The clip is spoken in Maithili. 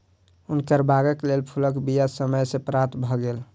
हुनकर बागक लेल फूलक बीया समय सॅ प्राप्त भ गेल